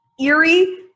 eerie